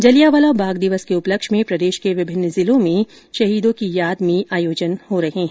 जलियावाला बाग दिवस के उपलक्ष्य मेँ प्रदेश के विभिन्न जिलों में शहीदों की याद में आयोजन हो रहे हैं